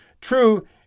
True